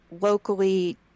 locally